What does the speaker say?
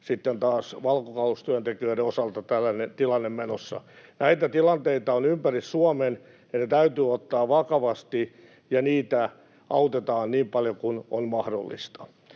sitten taas valkokaulustyöntekijöiden osalta tällainen tilanne menossa. Näitä tilanteita on ympäri Suomen, ja ne täytyy ottaa vakavasti, ja niitä autetaan niin paljon kuin on mahdollista.